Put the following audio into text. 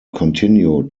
continued